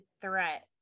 threat